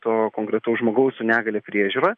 to konkretaus žmogaus su negalia priežiūra